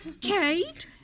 Kate